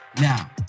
Now